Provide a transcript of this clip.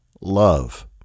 love